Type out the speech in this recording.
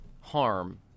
harm